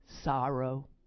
sorrow